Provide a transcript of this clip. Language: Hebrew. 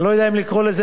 אני לא יודע אם לקרוא לזה